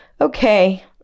Okay